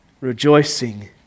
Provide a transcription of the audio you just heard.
Rejoicing